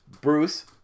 Bruce